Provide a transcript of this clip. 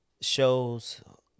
shows